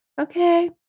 Okay